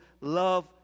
love